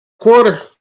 quarter